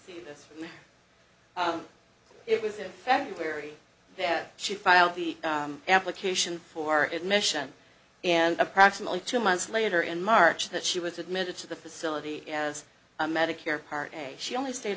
application it was in february that she filed the application for admission and approximately two months later in march that she was admitted to the facility as a medicare part a she only stayed